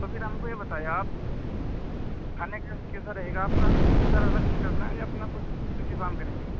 تو پھر ہم کو یہ بتائیے آپ کھانے کا کیسا رہے گا آپ کا ہوٹل الگ سے کرنا ہے یا اپنا کچھ انتظام کریں گے